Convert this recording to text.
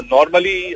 Normally